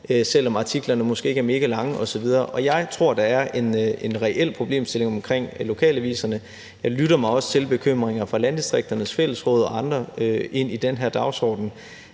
selv om artiklerne måske ikke er megalange osv. Og jeg tror, at der er en reel problemstilling omkring lokalaviserne. Jeg lytter mig også til, at der er bekymringer fra Landdistrikternes Fællesråd og andre i forhold til den her dagsorden.